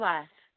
Life